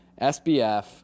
SBF